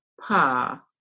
Pa